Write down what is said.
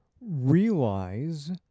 Realize